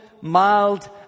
mild